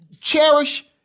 cherish